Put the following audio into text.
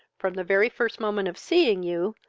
from the very first moment of seeing you,